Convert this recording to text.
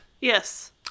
Yes